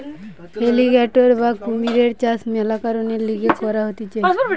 alligator বা কুমিরের চাষ মেলা কারণের লিগে করা হতিছে